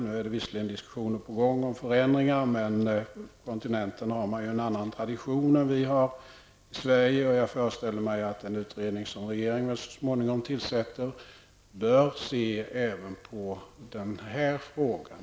Nu pågår visserligen diskussioner om förändringar, men på kontinenten har man ju en annan tradition än vi, och jag föreställer mig att den utredning som regeringen så småningom tillsätter måste ta upp även denna fråga.